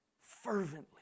Fervently